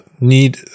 Need